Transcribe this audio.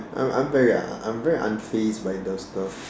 I'm I'm very I'm very unfazed by those stuff